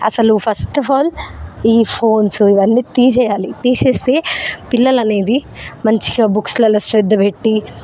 అసలు first of all ఈ phones ఇవన్నీ తీసెయ్యాలి తీసేస్తే పిల్లలనేది మంచిగా బుక్స్లలో శ్రద్ధ పెట్టి